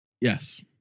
Yes